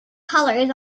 colors